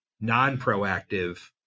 non-proactive